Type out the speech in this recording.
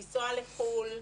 לנסוע לחו"ל,